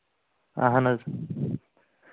اَہن حظ